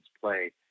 play